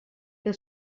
que